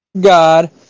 God